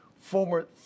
former